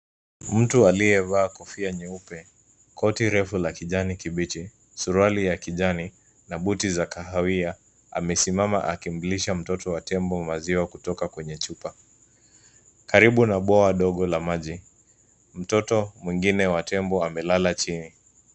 Mtu aliyevalia kofia nyeupe, koti refu la kijani kibichi, suruali ya kijani na buti za kahawia amesimama akimlisha mtoto wa tembo maziwa kutoka kwenye chupa. Karibu na boa dogo la maji, mtoto mwingine wa tembo amelala chini.